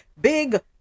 big